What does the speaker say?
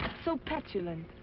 so petulant.